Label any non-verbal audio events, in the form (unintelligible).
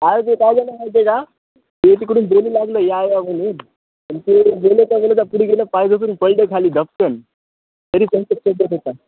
अरे ते काय झालं माहीत आहे का ते तिकडून बोलू लागलं या या म्हणून पण ते बोलत बोलतं पुढे गेलं पाय घसरून पडलं खाली धप्पकन तरी पण (unintelligible)